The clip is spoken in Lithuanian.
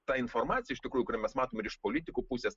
ta informacija iš tikrųjų kurią mes matome ir iš politikų pusės